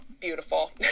beautiful